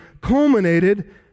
culminated